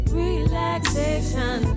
relaxation